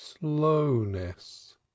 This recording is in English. slowness